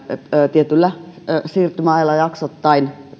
tietyllä siirtymäajalla jaksottain